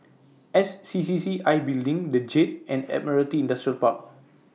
S C C C I Building The Jade and Admiralty Industrial Park